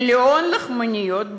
מיליון לחמניות ביום.